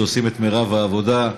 שעושים את רוב העבודה.